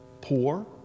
poor